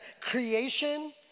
creation